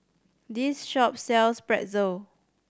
this shop sells Pretzel